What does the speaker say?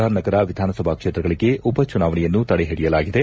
R Nagar ವಿಧಾನಸಭಾ ಕ್ಷೇತ್ರಗಳಿಗೆ ಉಪಚುನಾವಣೆಯನ್ನು ತಡೆಹಿಡಿಯಲಾಗಿದೆ